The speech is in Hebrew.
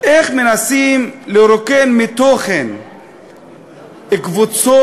איך מנסים לרוקן מתוכן קבוצות